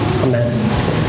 Amen